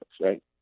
Right